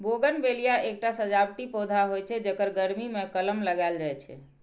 bougainvillea एकटा सजावटी पौधा होइ छै, जेकर गर्मी मे कलम लगाएल जाइ छै